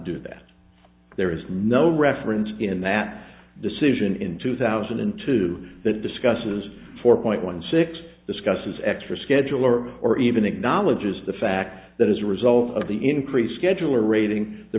do that there is no reference in that decision in two thousand and two that discusses four point one six discusses extra scheduler or even acknowledges the fact that as a result of the increased scheduler rating the